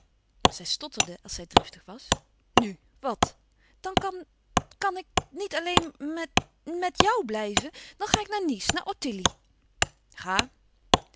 zij stotterde als zij driftig was nu wat dan kan kan ik niet alleen me met jou blijven dan ga ik naar nice naar ottilie ga